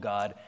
God